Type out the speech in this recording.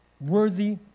worthy